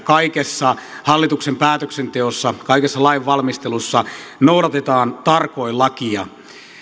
kaikessa hallituksen päätöksenteossa kaikessa lainvalmistelussa noudatetaan tarkoin lakia